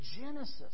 Genesis